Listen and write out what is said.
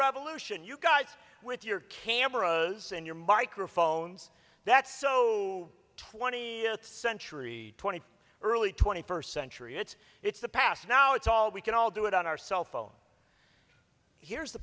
revolution you guys with your camera and your microphones that's so twentieth century twenty or early twenty first century it's it's the past now it's all we can all do it on our cell phone here's the